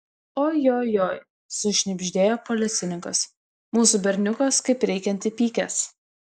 ojojoi sušnibždėjo policininkas mūsų berniukas kaip reikiant įpykęs